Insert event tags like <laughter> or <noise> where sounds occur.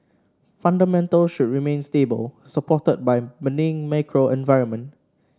fundamentals should remain stable supported by <unintelligible> macro environment